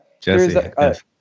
Jesse